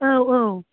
औ औ